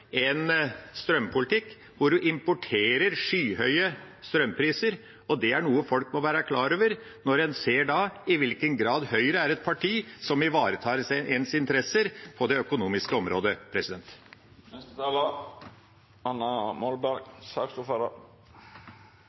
en strømpolitikk hvor en importerer skyhøye strømpriser. Det er noe folk må være klar over når en ser på i hvilken grad Høyre er et parti som ivaretar ens interesser på det økonomiske området.